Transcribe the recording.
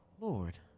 Lord